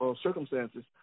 circumstances